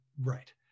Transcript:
Right